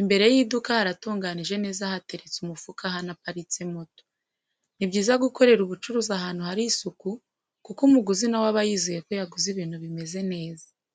imbere y'iduka haratunganyije neza hateretse umufuka hanaparitse moto. Ni byiza gukorera ubucuruzi ahantu hari isuku kuko umuguzi nawe aba yizeye ko yaguze ibintu bimeze neza.